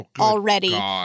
already